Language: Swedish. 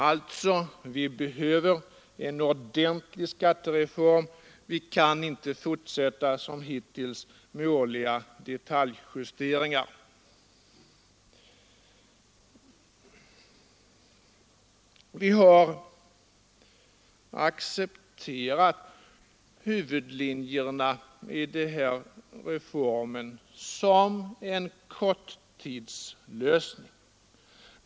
Alltså: Det behövs en ordentlig skattereform — det kan inte fortsätta som hittills med årliga detaljjusteringar. Vi har accepterat huvudlinjerna i den här reformen som en korttidslösning.